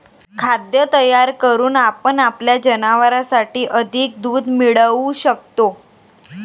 खाद्य तयार करून आपण आपल्या जनावरांसाठी अधिक दूध मिळवू शकतो